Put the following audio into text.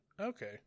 Okay